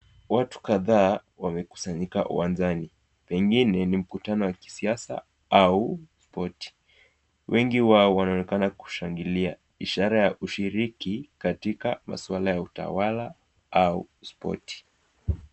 Watu kadhaa wamekusanyika uwanjani, pengine ni mkutano wa kisiasa au spoti ,wengi wao wanaonekana kushangilia ishara ya ushiriki katika maswala ya utawala au spoti .